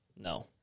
No